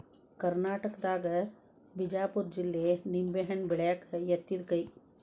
ಕರ್ನಾಟಕದಾಗ ಬಿಜಾಪುರ ಜಿಲ್ಲೆ ನಿಂಬೆಹಣ್ಣ ಬೆಳ್ಯಾಕ ಯತ್ತಿದ ಕೈ